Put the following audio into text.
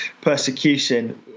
persecution